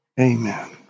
Amen